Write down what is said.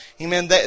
Amen